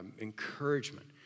encouragement